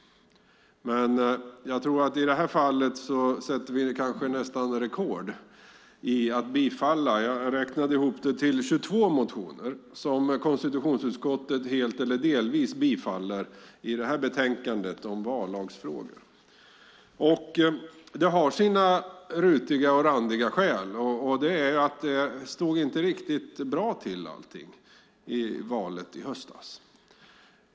Men jag tror att i det här fallet sätter vi nästan rekord i att bifalla motioner. Jag räknade ihop det till 22 motioner som konstitutionsutskottet helt eller delvis bifaller i betänkandet om vallagsfrågor. Det har sina rutiga och randiga skäl, och det är att allting inte stod riktigt bra till i valet i höstas.